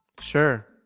Sure